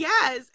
Yes